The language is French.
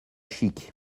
chic